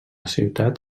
ciutat